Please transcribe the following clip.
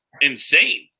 insane